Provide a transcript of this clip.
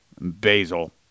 Basil